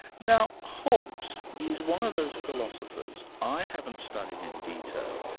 now hobbes is one of those philosophers i haven't studied in detail,